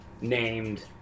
named